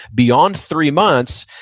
beyond three months,